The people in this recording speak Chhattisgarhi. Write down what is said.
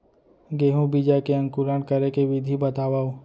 गेहूँ बीजा के अंकुरण करे के विधि बतावव?